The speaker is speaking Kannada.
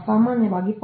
ಸಾಮಾನ್ಯವಾಗಿ 0